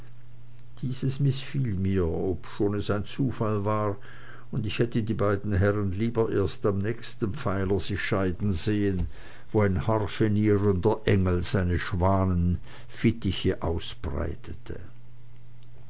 dieses mißfiel mir obschon es ein zu fall war und ich hätte die beiden herren lieber erst am nächsten pfeiler sich scheiden sehen wo ein harfenierender engel seine schwanenfittiche ausbreitete